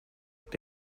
avec